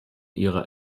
ihrer